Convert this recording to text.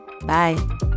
Bye